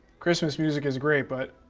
christmas music is great, but